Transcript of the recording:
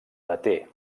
deté